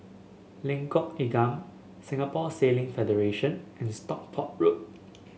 Lengkok Enam Singapore Sailing Federation and Stockport Road